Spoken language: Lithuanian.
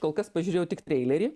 kol kas pažiūrėjau tik treilerį